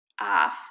off